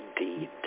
indeed